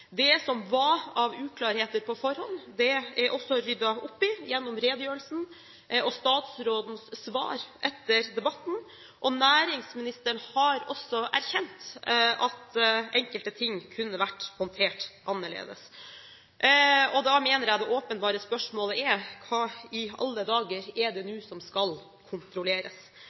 Det som var av uklarheter på forhånd, er også ryddet opp i gjennom redegjørelsen og statsrådens svar etter debatten. Næringsministeren har også erkjent at enkelte ting kunne vært håndtert annerledes. Da mener jeg det åpenbare spørsmålet er: Hva i alle dager er det nå som skal kontrolleres?